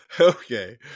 Okay